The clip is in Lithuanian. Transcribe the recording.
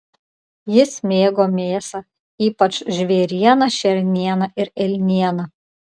jis mėgo mėsą ypač žvėrieną šernieną ir elnieną